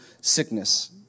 sickness